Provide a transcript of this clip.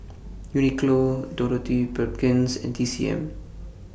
Uniqlo Dorothy Perkins and T C M